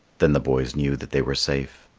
then the boys knew that they were safe.